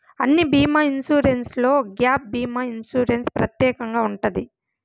అన్ని బీమా ఇన్సూరెన్స్లో గ్యాప్ భీమా ఇన్సూరెన్స్ ప్రత్యేకంగా ఉంటది